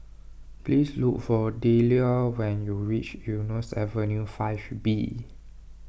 please look for Delia when you reach Eunos Avenue five B